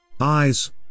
Eyes